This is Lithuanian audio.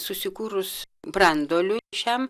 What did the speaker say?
susikūrus branduoliui šiam